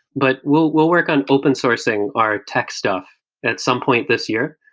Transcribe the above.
but we'll we'll work on open sourcing our tech stuff at some point this year,